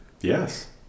Yes